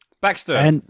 Baxter